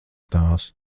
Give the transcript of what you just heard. tās